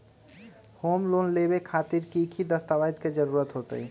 Home loan लेबे खातिर की की दस्तावेज के जरूरत होतई?